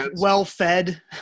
Well-fed